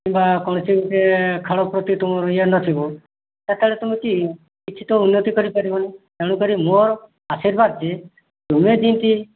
କିମ୍ବା କୌଣସି ଗୋଟିଏ ଖେଳ ପ୍ରତି ତୁମର ଇଏ ନଥିବ ସେତେବେଳେ ତୁମେ କି କିଛି ତ ଉନ୍ନତି କରିପାରିବନି ତେଣୁ କରି ମୋ ଆଶୀର୍ବାଦ ଯେ ତୁମେ ଜିଇଁତି